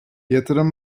yatırım